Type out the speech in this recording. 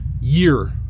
year